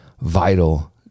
vital